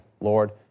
Lord